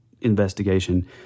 investigation